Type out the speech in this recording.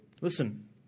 Listen